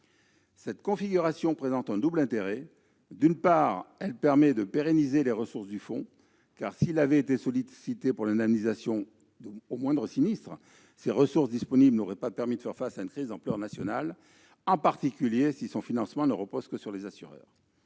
Cette configuration présente un double intérêt. D'une part, elle permet de pérenniser les ressources du fonds, car, s'il avait été sollicité pour l'indemnisation du moindre sinistre, ses ressources disponibles n'auraient pas permis de faire face à une crise d'ampleur nationale, en particulier si son financement ne repose que sur les assureurs.